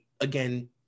again